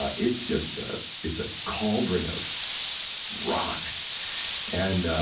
ah it's just a it's a cauldron of rot and